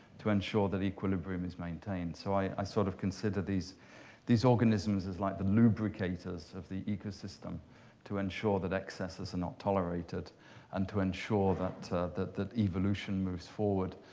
to ensure that equilibrium is maintained. so i sort of consider these these organisms as like the lubricators of the ecosystem to ensure that excesses are not tolerated and to ensure that that evolution moves forward,